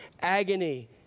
agony